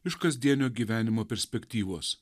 iš kasdienio gyvenimo perspektyvos